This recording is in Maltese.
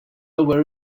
ewwel